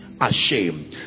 ashamed